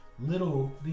little